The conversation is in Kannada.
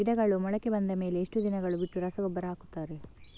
ಗಿಡಗಳು ಮೊಳಕೆ ಬಂದ ಮೇಲೆ ಎಷ್ಟು ದಿನಗಳು ಬಿಟ್ಟು ರಸಗೊಬ್ಬರ ಹಾಕುತ್ತಾರೆ?